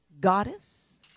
goddess